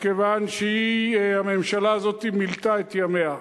מכיוון שהיא, הממשלה הזאת, מילאה את ימיה.